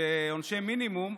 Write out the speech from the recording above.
בעונשי מינימום,